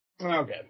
Okay